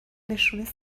نشون